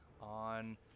on